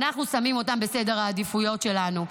אנחנו שמים אותם בסדר העדיפויות שלנו,